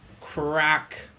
crack